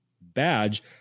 badge